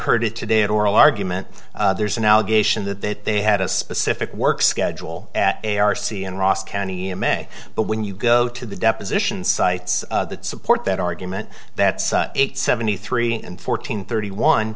heard it today at oral argument there's an allegation that that they had a specific work schedule at a r c and ross county in may but when you go to the deposition sites that support that argument that's it seventy three and fourteen thirty one